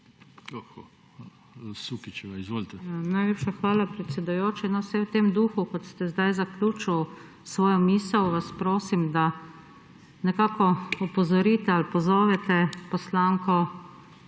SUKIČ (PS Levica): Najlepša hvala, predsedujoči. V tem duhu, kot ste sedaj zaključil svojo misel, vas prosim, da nekako opozorite ali pozovete poslanko